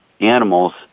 animals